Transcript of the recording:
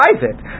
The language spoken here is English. Private